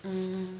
mm